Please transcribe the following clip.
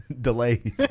delay